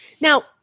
Now